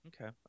Okay